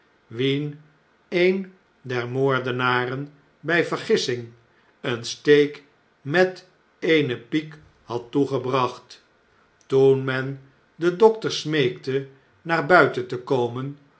wien een der moordenaren bjj vergissing een steek met eene piek had toegebracht toen men den dokter smeekte naar buiten te komen